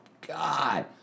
God